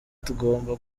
tugomba